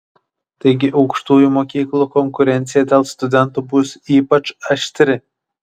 taigi aukštųjų mokyklų konkurencija dėl studentų bus ypač aštri